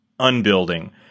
unbuilding